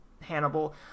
Hannibal